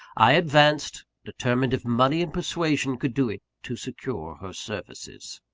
i advanced determined, if money and persuasion could do it, to secure her services.